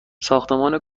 ساختمان